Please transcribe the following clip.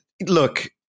look